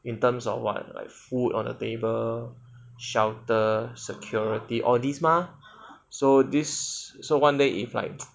in terms of what like food on the table shelter security all this mah so this so one day if like